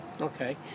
Okay